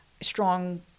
strong